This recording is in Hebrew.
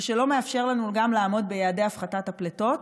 ושלא מאפשר לנו גם לעמוד ביעדי הפחתת הפליטות.